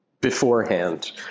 beforehand